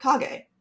Kage